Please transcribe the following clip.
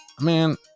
Man